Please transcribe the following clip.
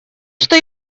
что